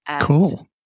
Cool